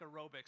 aerobics